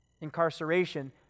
Incarceration